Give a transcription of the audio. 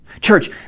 Church